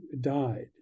died